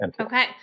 Okay